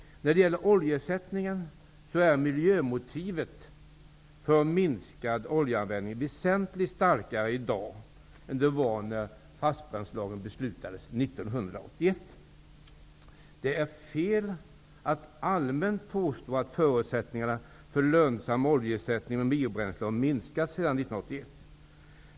När det gäller oljeersättningen är miljömotivet för minskad oljeanvändning väsentligt starkare i dag än det var när fastbränslelagen infördes 1981. Det är fel att allmänt påstå att förutsättningarna för lönsam oljeersättning med biobränsle har minskat sedan 1981.